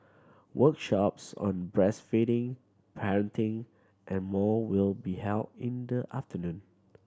workshops on breastfeeding parenting and more will be held in the afternoon